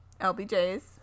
LBJ's